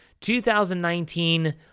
2019